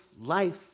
life